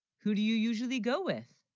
who, do you usually, go with